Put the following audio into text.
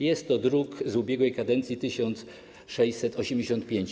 Jest to druk z ubiegłej kadencji, nr 1685.